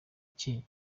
cye